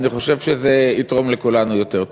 אני חושב שזה יתרום לכולנו יותר.